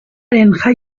kirolaren